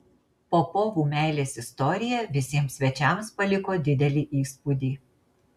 popovų meilės istorija visiems svečiams paliko didelį įspūdį